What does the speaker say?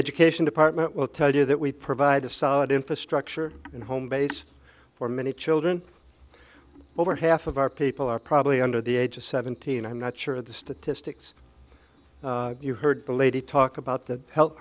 education department will tell you that we provide a solid infrastructure in a home base for many children over half of our people are probably under the age of seventy and i'm not sure of the statistics you heard the lady talk about the health